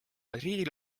madridi